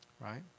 Right